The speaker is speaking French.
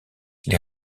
les